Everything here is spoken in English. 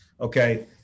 okay